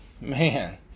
Man